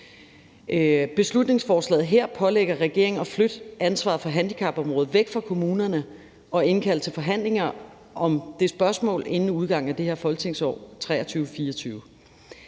Beslutningsforslaget her pålægger regering at flytte ansvaret for handicapområdet fra kommunerne og indkalde til forhandlinger om det spørgsmål inden udgangen af det her folketingsår.